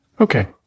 Okay